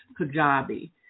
Kajabi